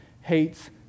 hates